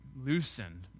loosened